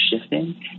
shifting